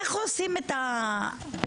איך עושים את זה?